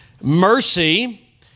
Mercy